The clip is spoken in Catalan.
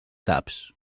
taps